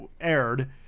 aired